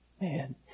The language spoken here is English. Man